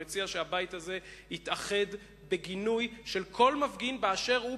אני מציע שהבית הזה יתאחד בגינוי של כל מפגין באשר הוא,